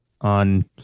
on